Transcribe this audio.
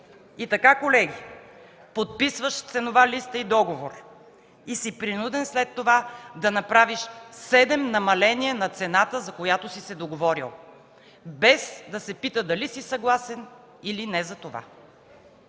И така, колеги, подписваш ценова листа и договор и си принуден след това да направиш седем намаления на цената, за която си се договорил, без да се пита дали си съгласен или не за това.